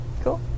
Cool